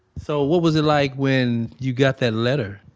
so what was it like when you got that letter?